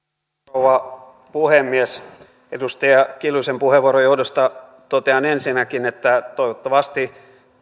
rouva puhemies edustaja kiljusen puheenvuoron johdosta totean ensinnäkin että toivottavasti